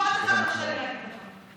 משפט אחד תרשה לי להגיד לך.